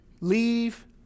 leave